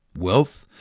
wealth,